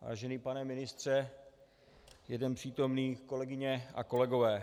Vážený pane ministře, jeden přítomný, kolegyně a kolegové.